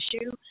issue